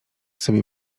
sobie